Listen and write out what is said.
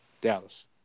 Dallas